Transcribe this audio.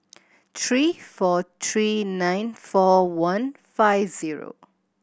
three four three nine four one five zero